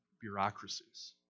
bureaucracies